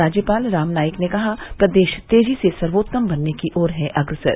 राज्यपाल राम नाईक ने कहा प्रदेश तेजी से सर्वोत्तम बनने की ओर है अग्रसर